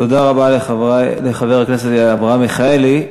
תודה רבה לחבר הכנסת אברהם מיכאלי.